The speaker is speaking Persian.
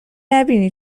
نبینی